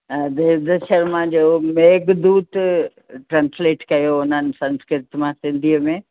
हा देवेंद्र शर्मा जो मेघदूत ट्रंसलेट कयो उन्हनि संस्कृत मां सिंधीअ में